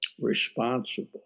responsible